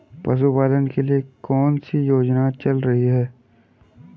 पशुपालन के लिए कौन सी योजना चल रही है?